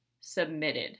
submitted